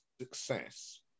success